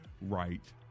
right